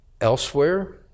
elsewhere